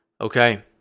Okay